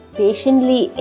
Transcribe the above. patiently